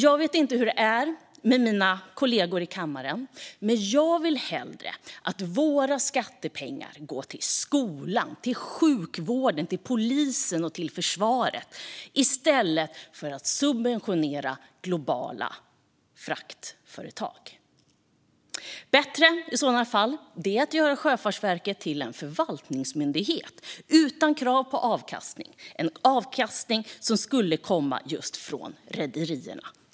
Jag vet inte hur det är med mina kollegor i kammaren, men jag vill hellre att våra skattepengar går till skolan, sjukvården, polisen och försvaret i stället för till att subventionera globala fraktföretag. Det vore bättre att göra Sjöfartsverket till en förvaltningsmyndighet utan krav på avkastning. Avkastningen kommer i dag från rederierna.